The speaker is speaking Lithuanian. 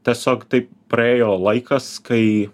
tiesiog taip praėjo laikas kai